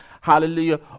hallelujah